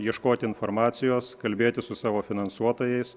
ieškoti informacijos kalbėtis su savo finansuotojais